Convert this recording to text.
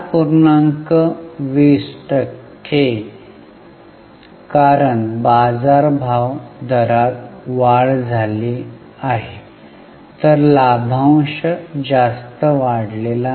20 टक्के कारण बाजारभाव दरात वाढ झाली आहे तर लाभांश जास्त वाढलेला नाही